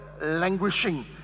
languishing